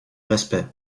respect